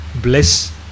bless